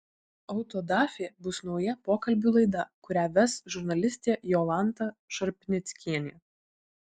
autodafė bus nauja pokalbių laida kurią ves žurnalistė jolanta šarpnickienė